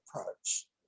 approach